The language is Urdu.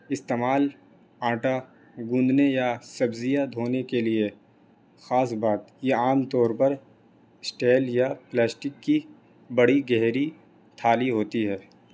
استعمال آٹا گوندھنے یا سبزیاں دھونے کے لیے خاص بات یہ عام طور پر اسٹیل یا پلاسٹک کی بڑی گہری تھالی ہوتی ہے